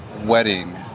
wedding